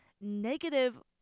negative